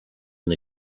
and